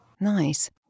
nice